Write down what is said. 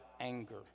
anger